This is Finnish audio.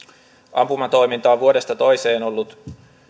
ampumatoiminta on vuodesta toiseen ollut